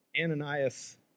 Ananias